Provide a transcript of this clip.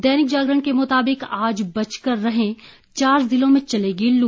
दैनिक जागरण के मुताबिक आज बचकर रहें चार जिलों में चलेगी लू